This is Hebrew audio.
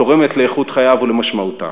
תורמת לאיכות חייו ולמשמעותם.